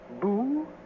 Boo